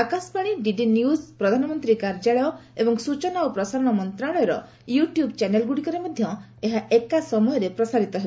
Akashvani DD news ପ୍ରଧାନମନ୍ତ୍ରୀ କାର୍ଯ୍ୟାଳୟ ଏବଂ ସୂଚନା ଓ ପ୍ରସାରଣ ମନ୍ତ୍ରଶାଳୟର ୟୁଟ୍ୟୁବ୍ ଚ୍ୟାନେଲ୍ଗୁଡ଼ିକରେ ଏହା ଏକା ସମୟରେ ପ୍ରସାରିତ ହେବ